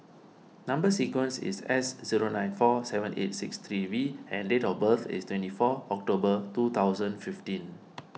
Number Sequence is S zero nine four seven eight six three V and date of birth is twenty four October two thousand fifteen